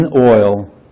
oil